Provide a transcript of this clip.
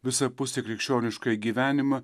visapusį krikščioniškąjį gyvenimą